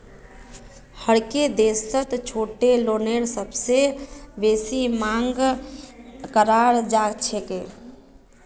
हरेक देशत छोटो लोनेर सबसे बेसी मांग कराल जाछेक